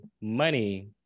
money